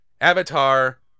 Avatar